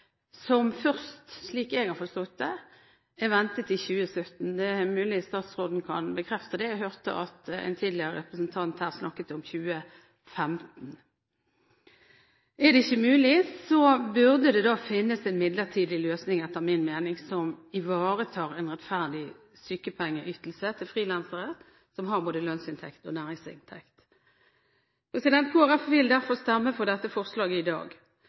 som først, slik jeg har forstått det, er ventet i 2017. Det er mulig statsråden kan bekrefte det, jeg hørte at en tidligere representant her snakket om 2015. Er det ikke mulig, burde det finnes en midlertidig løsning – etter min mening – som ivaretar en rettferdig sykepengeytelse til frilansere som har både lønnsinntekt og næringsinntekt. Kristelig Folkeparti vil derfor stemme for dette forslaget i dag.